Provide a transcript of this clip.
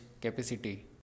capacity